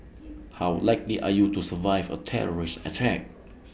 how likely are you to survive A terrorist attack